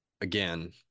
again